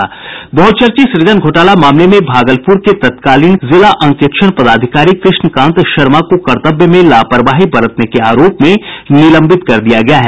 बहुचर्चित सुजन घोटला मामले में भागलपुर के तत्कालीन जिला अंकेक्षण पदाधिकारी कृष्णकांत शर्मा को कर्तव्य में लापरवाही बरतने के आरोप में निलंबित कर दिया गया है